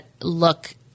look